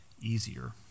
easier